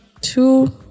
two